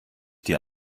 dir